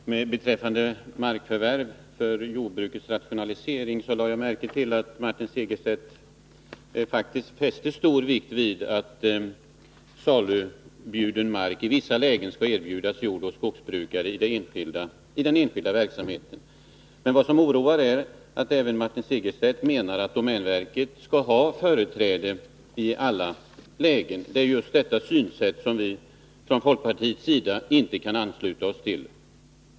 Herr talman! Beträffande markförvärv för jordbrukets rationalisering lade jag märke till att Martin Segerstedt faktiskt fäste stor vikt vid att salubjuden mark i vissa lägen skall erbjudas enskilda jordoch skogsbrukare. Men det är oroande att Martin Segerstedt menar att domänverket skall ha företräde i alla lägen. Det är just detta synsätt som vi från folkpartiet inte kan ansluta oss till.